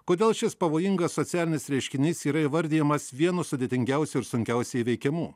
kodėl šis pavojingas socialinis reiškinys yra įvardijamas vienu sudėtingiausių ir sunkiausiai įveikiamų